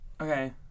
okay